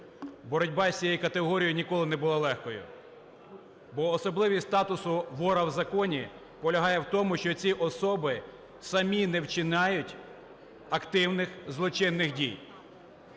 Боротьба з цією категорією ніколи не була легкою, бо особливість статусу "вора в законі" полягає в тому, що ці особи самі не вчиняють активних злочинних дій.